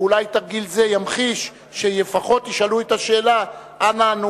ואולי תרגיל זה לפחות ימחיש שלפחות ישאלו את השאלה: אנה אנו